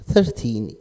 Thirteen